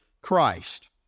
Christ